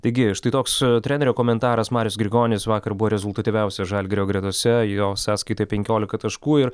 taigi štai toks trenerio komentaras marius grigonis vakar buvo rezultatyviausias žalgirio gretose jo sąskaitoj penkiolika taškų ir